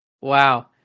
wow